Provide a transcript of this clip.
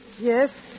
Yes